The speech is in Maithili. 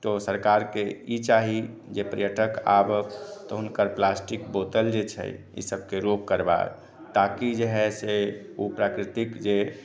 तो सरकारके ई चाही जे पर्यटक आबैथ तऽ हुनकर प्लास्टिक बोतल जेछै इसभके रोक करबाक ताकि जेहै से ओ प्राकृतिक जे